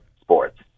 sports